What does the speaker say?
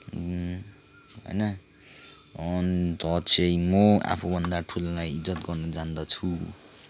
होइन अन्त चाहिँ म आफूभन्दा ठुलालाई इज्जत गर्न जान्दछु